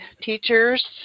teachers